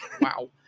wow